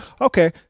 Okay